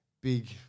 big –